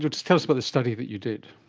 just tell us about this study that you did.